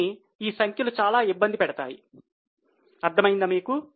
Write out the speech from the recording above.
కానీ ఈ సంఖ్యలు చాలా ఇబ్బంది పెడతాయి అర్థమైందా మీకు